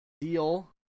deal